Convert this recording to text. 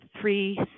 three